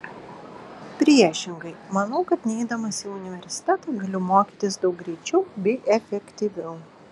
priešingai manau kad neidamas į universitetą galiu mokytis daug greičiau bei efektyviau